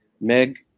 meg